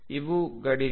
ಇವು ಗಡಿಗಳು